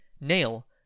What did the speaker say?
Nail